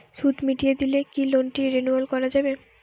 সুদ মিটিয়ে দিলে কি লোনটি রেনুয়াল করাযাবে?